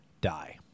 die